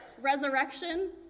Resurrection